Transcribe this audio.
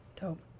Dope